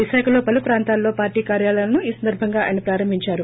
విశాఖలో పలు ప్రాంతాల్లో పార్లీ కార్యాలయాలను ఈ సందర్భంగా ప్రారంభించారు